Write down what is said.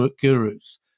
gurus